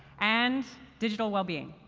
and digital well-being.